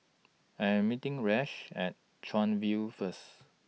I Am meeting Rashaad At Chuan View First